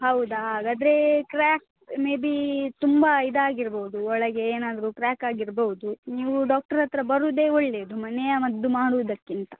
ಹೌದಾ ಹಾಗಾದರೆ crack maybe ತುಂಬ ಇದಾಗಿರ್ಬಹುದು ಒಳಗೆ ಏನಾದರೂ ಕ್ರಾಕ್ ಆಗಿರ್ಬಹುದು ನೀವು ಡಾಕ್ಟರ್ ಹತ್ರ ಬರೋದೆ ಒಳ್ಳೆಯದು ಮನೆಯ ಮದ್ದು ಮಾಡುವುದಕ್ಕಿಂತ